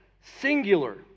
singular